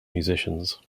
musicians